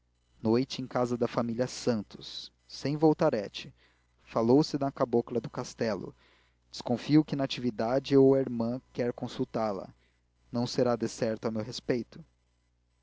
noite em casa da família santos sem voltarete falou-se na cabocla do castelo desconfio que natividade ou a irmã quer consultá-la não será decerto a meu respeito